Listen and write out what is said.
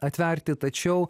atverti tačiau